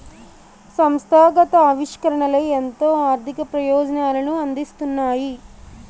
సంస్థాగత ఆవిష్కరణలే ఎంతో ఆర్థిక ప్రయోజనాలను అందిస్తున్నాయి